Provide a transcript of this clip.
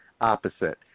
opposite